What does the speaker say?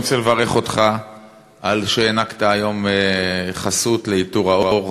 אני רוצה לברך אותך על שהענקת היום חסות ל"עיטור האור"